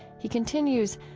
he continues,